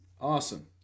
Awesome